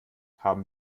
haben